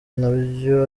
nabyo